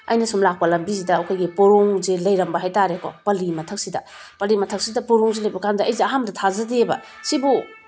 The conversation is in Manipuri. ꯑꯩꯅ ꯁꯨꯝ ꯂꯥꯛꯄ ꯂꯝꯕꯤꯁꯤꯗ ꯑꯩꯈꯣꯏꯒꯤ ꯄꯣꯔꯣꯝꯁꯦ ꯂꯩꯔꯝꯕ ꯍꯥꯏꯇꯔꯦꯀꯣ ꯄꯥꯜꯂꯤ ꯃꯊꯛꯁꯤꯗ ꯄꯥꯜꯂꯤ ꯃꯊꯛꯁꯤꯗ ꯄꯣꯔꯣꯝꯁꯦ ꯂꯩꯕ ꯀꯟꯗ ꯑꯩꯁꯦ ꯑꯍꯥꯟꯕꯗ ꯊꯥꯖꯗꯦꯕ ꯁꯤꯕꯨ